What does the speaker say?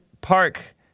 Park